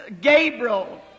Gabriel